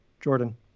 Jordan